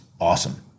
awesome